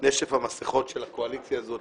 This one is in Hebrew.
מנשף המסכות של הקואליציה הזאת,